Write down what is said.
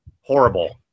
horrible